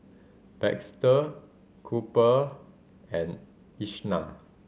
Baxter Cooper and Ishaan